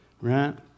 Right